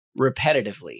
repetitively